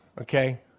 okay